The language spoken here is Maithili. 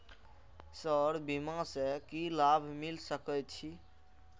सर बीमा से की लाभ मिल सके छी?